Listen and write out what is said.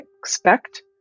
expect